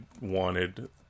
wanted